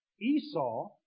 Esau